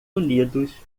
unidos